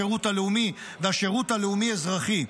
השירות הלאומי והשירות הלאומי אזרחי.